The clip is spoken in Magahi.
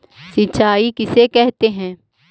सिंचाई किसे कहते हैं?